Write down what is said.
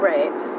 Right